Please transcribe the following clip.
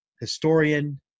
historian